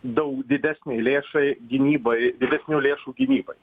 daug didesnį lėšai gynybai didesnių lėšų gynybai